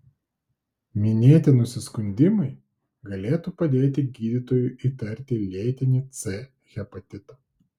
minėti nusiskundimai galėtų padėti gydytojui įtarti lėtinį c hepatitą